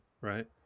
right